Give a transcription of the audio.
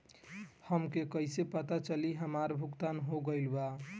हमके कईसे पता चली हमार भुगतान हो गईल बा?